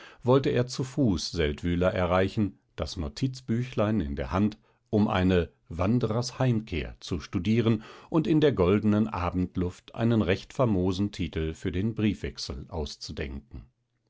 wollte er zu fuß seldwyla erreichen das notizbüchlein in der hand um eine wanderers heimkehr zu studieren und in der goldenen abendluft einen recht famosen titel für den briefwechsel auszudenken